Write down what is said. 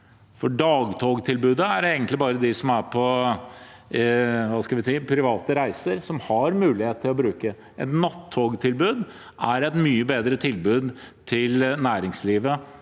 for dagtogtilbudet er det egentlig bare de som er på private reiser, som har mulighet til å bruke. Et nattogtilbud er et mye bedre tilbud til næringslivet